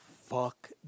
fuck